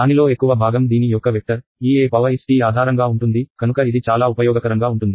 దానిలో ఎక్కువ భాగం దీని యొక్క వెక్టర్ ఈ est ఆధారంగా ఉంటుంది కనుక ఇది చాలా ఉపయోగకరంగా ఉంటుంది